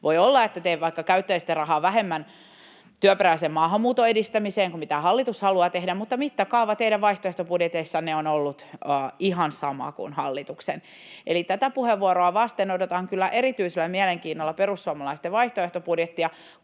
Voi olla, että vaikka käyttäisitte rahaa työperäisen maahanmuuton edistämiseen vähemmän kuin mitä hallitus haluaa tehdä, niin mittakaava teidän vaihtoehtobudjeteissanne on ollut ihan sama kuin hallituksella. Eli tätä puheenvuoroa vasten odotan kyllä erityisellä mielenkiinnolla perussuomalaisten vaihtoehtobudjettia,